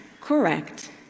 correct